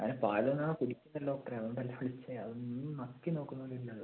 അതിന് പാലൊന്നും അത് കുടിക്കുന്നില്ല ഡോക്ടറേ അതുകൊണ്ടല്ലേ വിളിച്ചത് അതൊന്ന് നക്കി നോക്കുന്നുപോലും ഇല്ല അത്